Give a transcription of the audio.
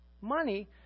money